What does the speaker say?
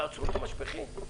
תעצרו את המשפכים.